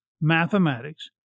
mathematics